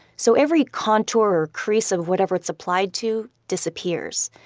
so every contour or crease of whatever it's applied to disappears.